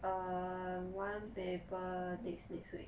err one paper next next week